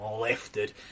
lifted